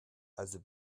also